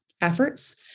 efforts